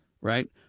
Right